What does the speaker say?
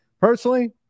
personally